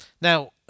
Now